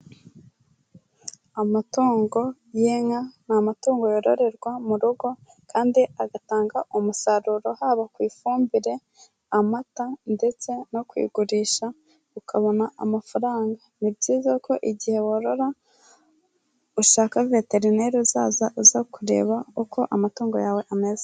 Amatungo y'inka ni amatungo yororerwa mu rugo kandi agatanga umusaruro haba ku ifumbire, amata ndetse no kuyigurisha ukabona amafaranga. Ni byiza ko igihe worora ushaka veterineri uzaza uza kureba uko amatungo yawe ameze.